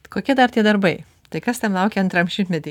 kokie dar tie darbai tai kas ten laukia antram šimtmety